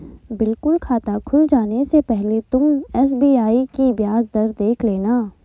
बिल्कुल खाता खुल जाने से पहले तुम एस.बी.आई की ब्याज दर देख लेना